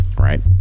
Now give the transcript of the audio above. Right